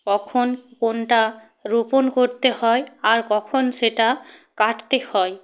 কখন কোনটা রোপণ করতে হয় আর কখন সেটা কাটতে হয়